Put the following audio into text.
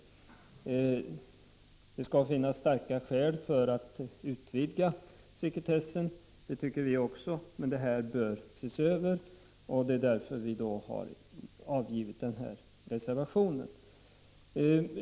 Man anser att det skall finnas starka skäl för att utvidga sekretessen, och det tycker också vi reservanter. Men frågan behöver ses över, och därför har vi framställt en reservation.